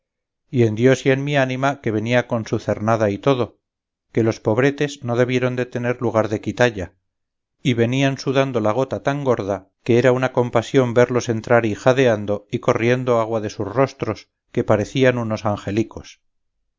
y en dios y en ni ánima que venía con su cernada y todo que los pobretes no debieron de tener lugar de quitalla y venían sudando la gota tan gorda que era una compasión verlos entrar ijadeando y corriendo agua de sus rostros que parecían unos angelicos